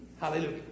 Hallelujah